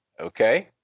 okay